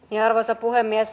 arvoisa puhemies